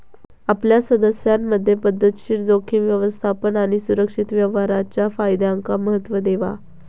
आपल्या सदस्यांमधे पध्दतशीर जोखीम व्यवस्थापन आणि सुरक्षित व्यवहाराच्या फायद्यांका महत्त्व देवा